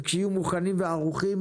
שיהיו מוכנים וערוכים,